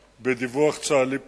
בדיווח צה"לי פנימי: